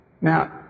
Now